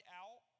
out